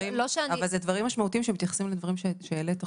אבל זה דברים משמעותיים שמתייחסים לדברים שהעלית עכשיו.